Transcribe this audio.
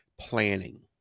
planning